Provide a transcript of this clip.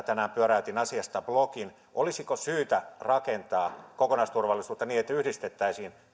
tänään pyöräytin asiasta blogin ja kysynkin ministeriltä olisiko syytä rakentaa kokonaisturvallisuutta niin että yhdistettäisiin